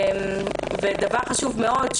דבר חשוב מאוד,